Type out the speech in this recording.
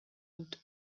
dut